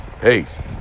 Peace